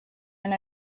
and